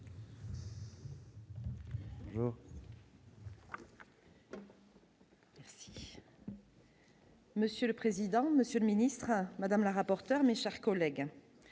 Monsieur le président, Monsieur le ministre madame la rapporteure, mes chers collègues,